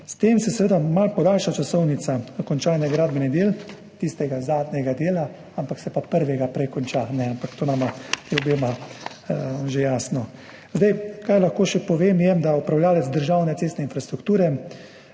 S tem se seveda malo podaljša časovnica končanja gradbenih del, tistega zadnjega dela, ampak se pa prvega prej konča. Ampak to nama je obema že jasno. Kar lahko še povem, je, da ima upravljavec državne cestne infrastrukture